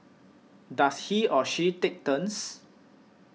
does he or she take turns